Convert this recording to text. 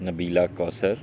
Nabila Kausar